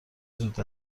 زود